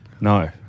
No